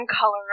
color